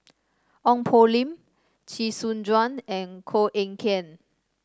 Ong Poh Lim Chee Soon Juan and Koh Eng Kian